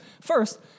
First